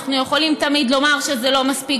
אנחנו יכולים תמיד לומר שזה לא מספיק,